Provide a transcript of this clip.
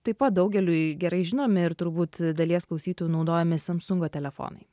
taip pat daugeliui gerai žinomi ir turbūt dalies klausytojų naudojami samsungo telefonai